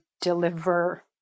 deliver